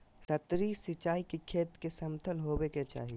सतही सिंचाई के खेत के समतल होवे के चाही